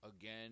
Again